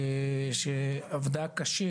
שעבדה קשה,